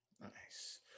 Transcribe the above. Nice